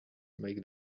make